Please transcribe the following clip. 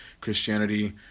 Christianity